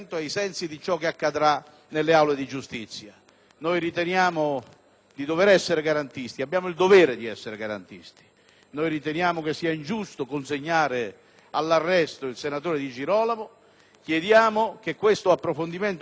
avere il dovere di essere garantisti e che sia ingiusto consegnare all'arresto il senatore Di Girolamo. Chiediamo che questo approfondimento avvenga nella stessa sede della Giunta delle elezioni e delle immunità